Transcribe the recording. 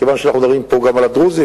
מכיוון שאנחנו מדברים פה גם על הדרוזים,